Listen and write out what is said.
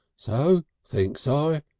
so thinks i,